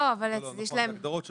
לא, זה הגדרות שונות.